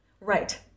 Right